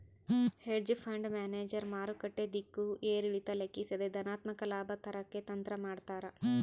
hedge fund manager ಮಾರುಕಟ್ಟೆ ದಿಕ್ಕು ಏರಿಳಿತ ಲೆಕ್ಕಿಸದೆ ಧನಾತ್ಮಕ ಲಾಭ ತರಕ್ಕೆ ತಂತ್ರ ಮಾಡ್ತಾರ